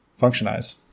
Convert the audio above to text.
functionize